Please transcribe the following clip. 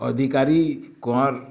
ଅଧିକାରୀ କୁଅଁର୍